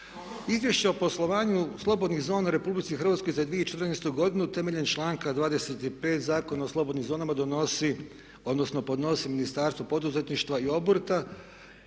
Izvješće o poslovanju slobodnih zona u Republici Hrvatskoj za 2014. godinu temeljem članka 25. Zakona o slobodnim zonama donosi odnosno podnosi Ministarstvo poduzetništva i obrta